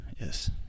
Yes